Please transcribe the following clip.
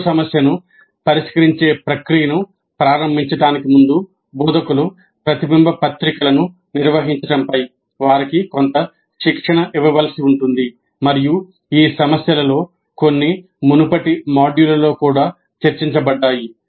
జట్లు సమస్యను పరిష్కరించే ప్రక్రియను ప్రారంభించడానికి ముందు బోధకులు ప్రతిబింబ పత్రికలను నిర్వహించడంపై వారికి కొంత శిక్షణ ఇవ్వవలసి ఉంటుంది మరియు ఈ సమస్యలలో కొన్ని మునుపటి మాడ్యూళ్ళలో కూడా చర్చించబడ్డాయి